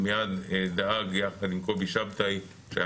והוא מיד דאג ביחד עם קובי שבתאי שהיה